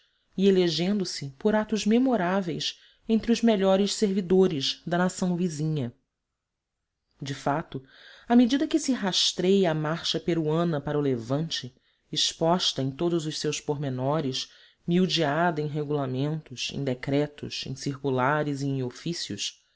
e elegendo se por atos memoráveis entre os melhores servidores da nação vizinha de fato à medida que se rastreia a marcha peruana para o levante exposta em todos os seus pormenores miudeada em regulamentos em decretos em circulares e em ofícios